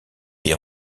des